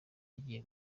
agiye